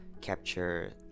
capture